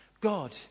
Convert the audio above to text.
God